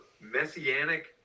messianic